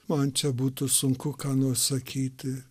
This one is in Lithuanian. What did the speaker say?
man čia būtų sunku ką nors sakyti